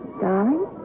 Darling